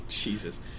Jesus